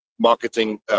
marketing